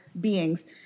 beings